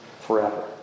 Forever